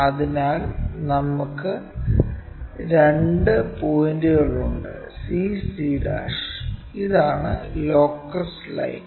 അതിനാൽ നമുക്ക് രണ്ട് പോയിന്റുകളുണ്ട് cc ഇതാണ് ലോക്കസ് ലൈൻ